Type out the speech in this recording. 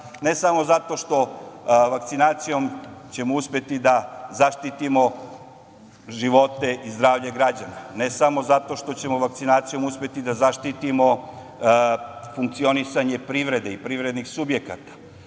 Ne samo zato što vakcinacijom ćemo uspeti da zaštitimo živote i zdravlje građana, ne samo zato što ćemo vakcinacijom uspeti da zaštitimo funkcionisanje privrede i privrednih subjekata,